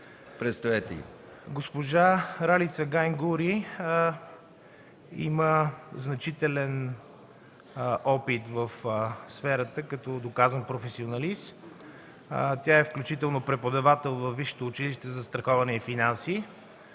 МАВРОДИЕВ: Госпожа Ралица Агайн-Гури има значителен опит в сферата като доказан професионалист. Тя е включително преподавател във Висшето училище за застраховане и финанси,